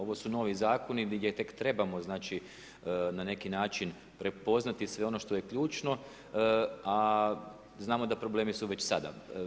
Ovo su novi zakoni gdje tek trebamo znači na neki način prepoznati sve ono što je ključno a znamo da problemi su već sada.